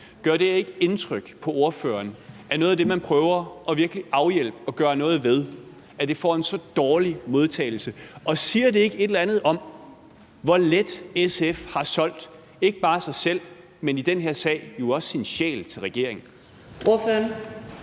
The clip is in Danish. Gør det ikke indtryk på ordføreren, at noget af det, man prøver virkelig at afhjælpe og gøre noget ved, får en så dårlig modtagelse? Og siger det ikke et eller andet om, hvor let SF har solgt ikke bare sig selv, men i den her sag jo også sin sjæl til regeringen? Kl.